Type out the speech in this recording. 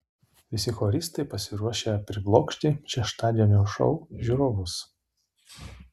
visi choristai pasiruošę priblokšti šeštadienio šou žiūrovus